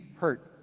hurt